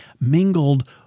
mingled